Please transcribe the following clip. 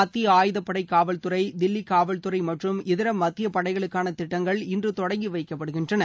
மத்திய ஆயுதப்படை காவல்துறை தில்லி காவல்துறை மற்றும் இதர மத்தியப்படைகளுக்கான திட்டங்கள் இன்று தொடங்கி வைக்கப்படுகின்றன